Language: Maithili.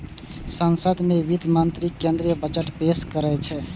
संसद मे वित्त मंत्री केंद्रीय बजट पेश करै छै